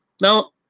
Now